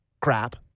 crap